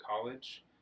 college